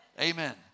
Amen